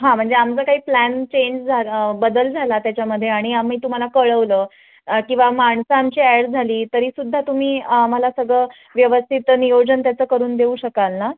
हां म्हणजे आमचं काही प्लॅन चेंज झालं बदल झाला त्याच्यामध्ये आणि आम्ही तुम्हाला कळवलं किंवा माणसं आमची ॲड झाली तरी सुद्धा तुम्ही आम्हाला सगळं व्यवस्थित नियोजन त्याचं करून देऊ शकाल ना